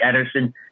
edison